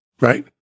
right